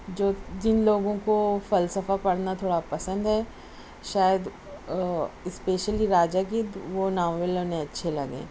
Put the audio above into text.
جو جن لوگوں کو فلسفہ پڑھنا تھوڑا پسند ہے شاید اسپیشلی راجا گدھ وہ ناول اُنہیں اچھے لگیں